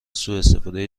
سواستفاده